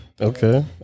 Okay